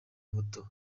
muto